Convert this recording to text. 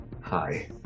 Hi